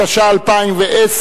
התש"ע 2010,